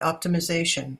optimization